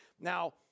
Now